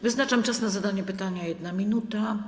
Wyznaczam czas na zadanie pytania - 1 minuta.